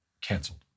canceled